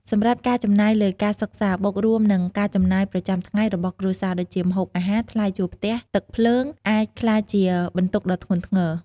សម្រាប់ការចំណាយលើការសិក្សា បូករួមនឹងការចំណាយប្រចាំថ្ងៃរបស់គ្រួសារ ដូចជា ម្ហូបអាហារ ថ្លៃជួលផ្ទះ ទឹកភ្លើង អាចក្លាយជាបន្ទុកដ៏ធ្ងន់ធ្ងរ។